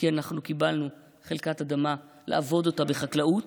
כי אנחנו קיבלו חלקת אדמה לעבוד אותה בחקלאות.